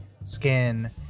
skin